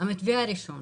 המתווה הראשון.